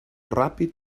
ràpid